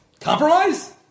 Compromise